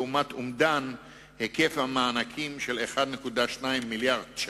לעומת אומדן היקף המענקים של 1.2 מיליארד שקלים.